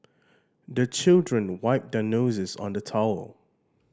the children wipe their noses on the towel